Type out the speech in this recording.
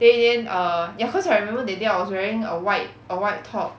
then in the end err ya cause I remember that day I was wearing a white a white top